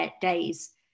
days